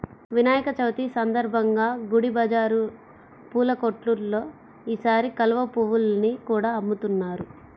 వినాయక చవితి సందర్భంగా గుడి బజారు పూల కొట్టుల్లో ఈసారి కలువ పువ్వుల్ని కూడా అమ్ముతున్నారు